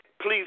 please